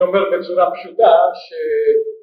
אני אומר בצורה פשוטה ש...